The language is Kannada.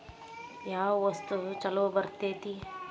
ಯಾವ ವಸ್ತು ಛಲೋ ಬರ್ತೇತಿ?